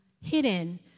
hidden